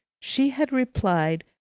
she had replied,